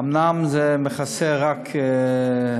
אומנם זה מכסה רק חלק,